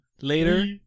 later